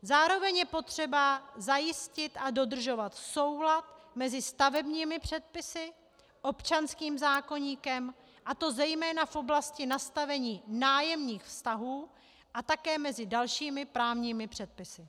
Zároveň je potřeba zajistit a dodržovat soulad mezi stavebními předpisy, občanským zákoníkem, a to zejména v oblasti nastavení nájemních vztahů a také mezi dalšími právními předpisy.